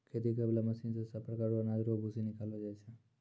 खेती करै बाला मशीन से सभ प्रकार रो अनाज रो भूसी निकालो जाय छै